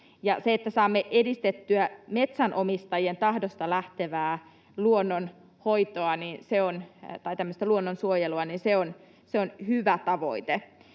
se, että saamme edistettyä metsänomistajien tahdosta lähtevää luonnonhoitoa tai